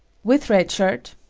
with red shirt?